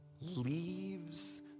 leaves